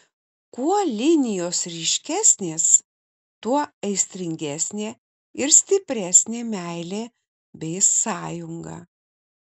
kuo linijos ryškesnės tuo aistringesnė ir stipresnė meilė bei sąjunga